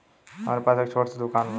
हमरे पास एक छोट स दुकान बा